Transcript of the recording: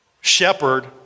shepherd